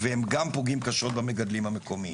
בבקשה.